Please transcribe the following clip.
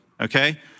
okay